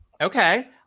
okay